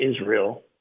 Israel